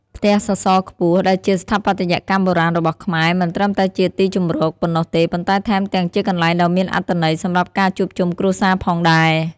ផ្ទះសសរខ្ពស់ ដែលជាស្ថាបត្យកម្មបុរាណរបស់ខ្មែរ មិនត្រឹមតែជាទីជម្រកប៉ុណ្ណោះទេ ប៉ុន្តែថែមទាំងជាកន្លែងដ៏មានអត្ថន័យសម្រាប់ការជួបជុំគ្រួសារផងដែរ។